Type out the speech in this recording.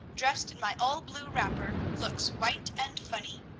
dressed in my old blue wrapper! looks white and funny.